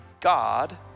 God